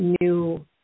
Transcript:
new